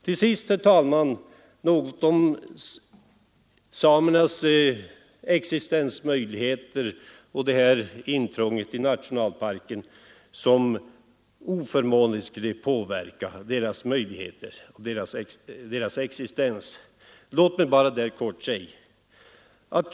Till sist, herr talman, skall jag något beröra samernas existensmöjligheter och det som sagts om att det här intrånget i nationalparken oförmånligt skulle påverka deras existens.